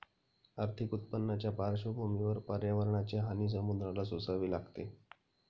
आर्थिक उत्पन्नाच्या पार्श्वभूमीवर पर्यावरणाची हानी समुद्राला सोसावी लागते